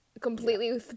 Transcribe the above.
completely